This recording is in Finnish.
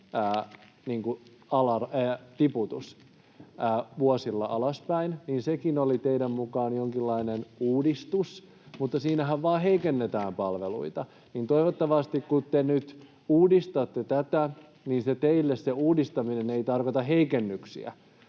tiputus vuosilla alaspäin: sekin oli teidän mukaanne jonkinlainen uudistus, mutta siinähän vain heikennetään palveluita. [Mia Laiho: Miten se liittyy tähän?] Toivottavasti, kun te nyt uudistatte tätä, teille se uudistaminen ei tarkoita heikennyksiä,